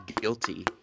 guilty